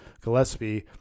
Gillespie